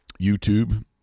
YouTube